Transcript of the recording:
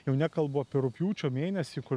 jau nekalbu apie rugpjūčio mėnesį kur